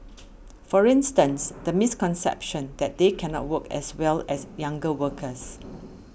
for instance the misconception that they cannot work as well as younger workers